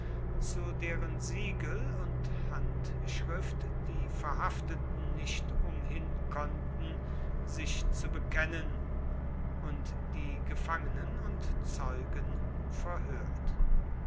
zu deren siegel und handschrift die verhafteten nicht umhin konnten sich zu bekennen und die gefangenen und zeugen verhört